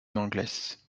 mangles